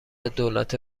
دولت